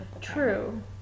true